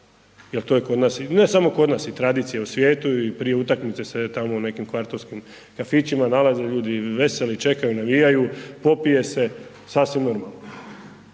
jel to je kod nas, ne samo kod nas i tradicija u svijetu i prije utakmice se tamo u nekim kvartovskim kafićima nalaze ljudi, veseli, čekaju, navijaju, popije se, sasvim